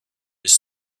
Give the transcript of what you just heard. his